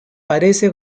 parece